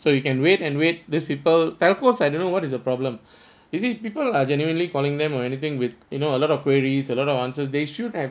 so you can wait and wait these people telcos I don't know what is the problem you see people are generally calling them or anything with you know a lot of queries a lot of answers they should have